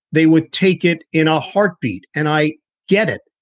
they would take it in a heartbeat. and i get it.